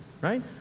right